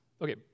Okay